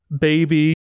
baby